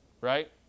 right